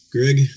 Greg